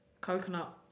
Coconut